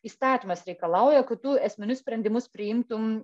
įstatymas reikalauja kad tu esminius sprendimus priimtum